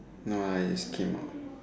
no lah just came out